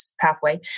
pathway